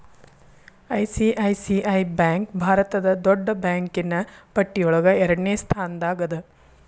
ICICI bank ಭಾರತದ್ ದೊಡ್ಡ್ ಬ್ಯಾಂಕಿನ್ನ್ ಪಟ್ಟಿಯೊಳಗ ಎರಡ್ನೆ ಸ್ಥಾನ್ದಾಗದ